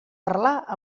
parlar